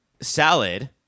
Salad